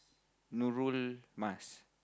Nurul Mas